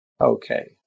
Okay